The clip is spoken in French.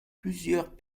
plusieurs